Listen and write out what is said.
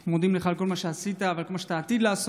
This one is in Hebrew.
אנחנו מודים לך על כל מה שעשית ועל כל מה שאתה עתיד לעשות.